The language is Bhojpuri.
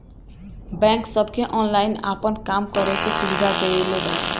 बैक सबके ऑनलाइन आपन काम करे के सुविधा देले बा